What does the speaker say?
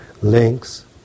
Links